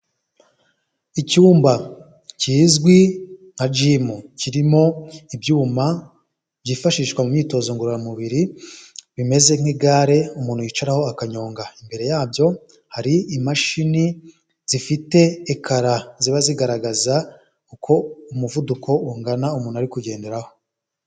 Icyumba kizwi nka gimu kirimo ibyuma byifashishwa mu myitozo ngororamubiri bimeze nk'igare umuntu yicaraho akanyonga, imbere yabyo hari imashini zifite ekara ziba zigaragaza uko umuvuduko ungana umuntu ari kugenderaho.